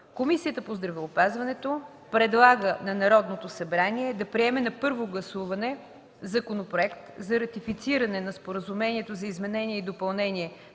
Комисията по здравеопазването предлага на Народното събрание да приеме на първо гласуване Законопроект за ратифициране на Споразумението за изменение и допълнение